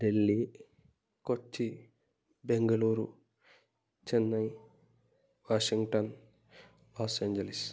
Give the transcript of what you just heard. Delhi Kochi Bengaluru Chennai Washington Los Angeles